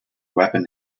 weapon